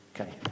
Okay